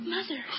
Mother